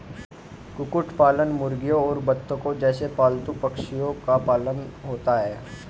कुक्कुट पालन मुर्गियों और बत्तखों जैसे पालतू पक्षियों का पालन होता है